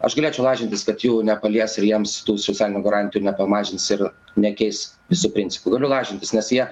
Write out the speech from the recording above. aš galėčiau lažintis kad jų nepalies ir jiems tų socialinių garantijų nepamažins ir nekeis visų principų galiu lažintis nes jie